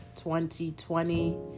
2020